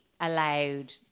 allowed